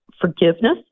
forgiveness